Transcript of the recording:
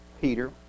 Peter